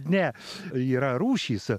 nes yra rūšys